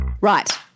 Right